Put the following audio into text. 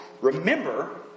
remember